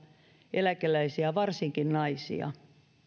eläkeläisiä varsinkin naisia